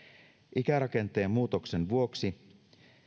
ikärakenteen muutoksen vuoksi